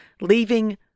leaving